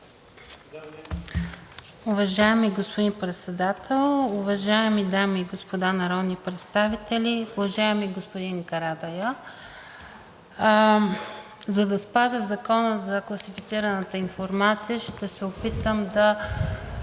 Уважаеми господин Председател, уважаеми дами и господа народни представители! Уважаеми господин Карадайъ, за да спазя Закона за класифицираната информация, ще се опитам да